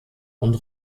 und